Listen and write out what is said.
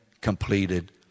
completed